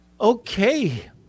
Okay